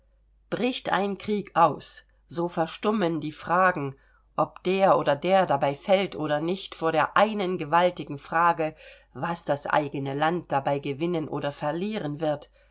bricht ein krieg aus so verstummen die fragen ob der oder der dabei fällt oder nicht vor der einen gewaltigen frage was das eigene land dabei gewinnen oder verlieren wird